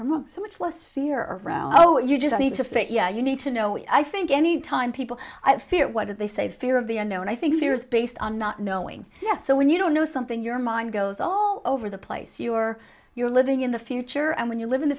from so much less fear around oh you just need to fit yeah you need to know i think any time people i fear what did they say fear of the unknown i think fear is based on not knowing yet so when you don't know something your mind goes all over the place you're you're living in the future and when you live in the